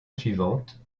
suivante